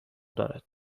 دارد